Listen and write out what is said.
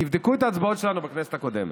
תבדקו את ההצבעות שלנו בכנסת הקודמת.